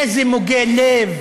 איזה מוגי לב.